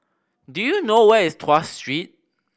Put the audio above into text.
do you know where is Tuas Street